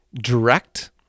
direct